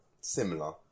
similar